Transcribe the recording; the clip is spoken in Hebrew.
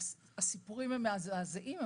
הסיפורים הם מזעזעים,